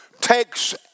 takes